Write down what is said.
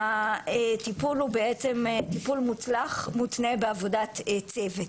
טיפול מוצלח מותנה בעבודת צוות.